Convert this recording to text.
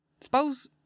suppose